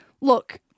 Look